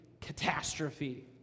catastrophe